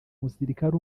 umusirikare